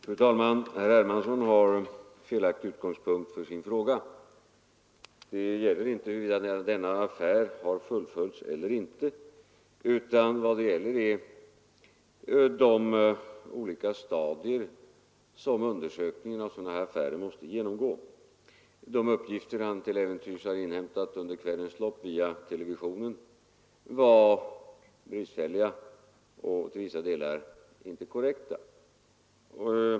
Fru talman! Herr Hermansson har felaktig utgångspunkt för sin fråga. Det gäller inte huruvida denna affär har fullföljts eller inte, utan vad det gäller är de olika stadier som undersökningen av sådana här affärer måste genomgå. De uppgifter herr Hermansson till äventyrs har inhämtat under kvällens lopp via televisionen var bristfälliga och till vissa delar inte korrekta.